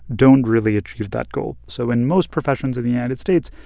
don't really achieve that goal. so in most professions in the united states,